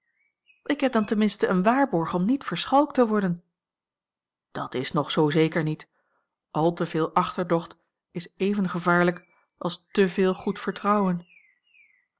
ik heb dan ten minste een waarborg om niet verschalkt te worden dat is nog zoo zeker niet al te veel achterdocht is even gevaarlijk als te veel goed vertrouwen